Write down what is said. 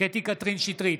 קטי קטרין שטרית,